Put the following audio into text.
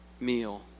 meal